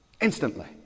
Instantly